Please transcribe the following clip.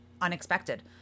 unexpected